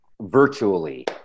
virtually